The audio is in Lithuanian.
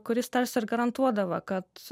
kuris tarsi ir garantuodavo kad